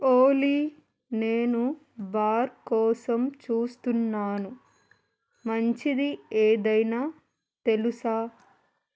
ఓలి నేను బార్ కోసం చూస్తున్నాను మంచిది ఏదైనా తెలుసా